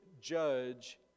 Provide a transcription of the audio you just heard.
judge